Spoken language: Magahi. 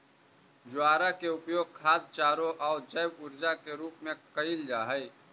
ज्वार के उपयोग खाद्य चारों आउ जैव ऊर्जा के रूप में कयल जा हई